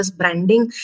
branding